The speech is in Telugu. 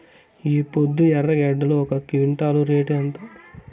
ఈపొద్దు ఎర్రగడ్డలు ఒక క్వింటాలు రేటు ఎంత?